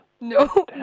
No